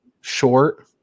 short